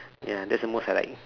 ya that's the most I like